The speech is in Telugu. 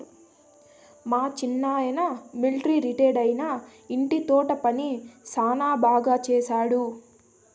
మా సిన్నాయన మిలట్రీ రిటైరైనా ఇంటి తోట పని శానా బాగా చేస్తండాడు